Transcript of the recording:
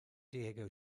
diego